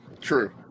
true